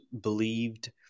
Believed